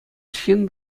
ҫын